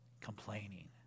complaining